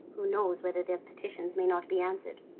who knows whether their petitions may not be answered!